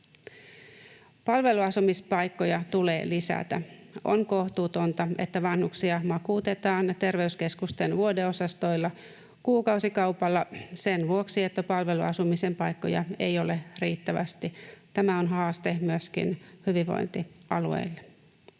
Palveluasumispaikkoja tulee lisätä. On kohtuutonta, että vanhuksia makuutetaan ter-veyskeskusten vuodeosastoilla kuukausikaupalla sen vuoksi, että palveluasumisen paikkoja ei ole riittävästi. Tämä on haaste myöskin hyvinvointialueille.